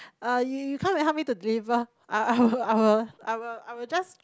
uh y~ you can help me to deliver I I I will I will I will just